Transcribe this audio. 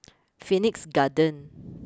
Phoenix Garden